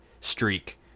streak